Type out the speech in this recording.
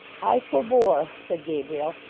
i forbore said gabriel,